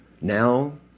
Now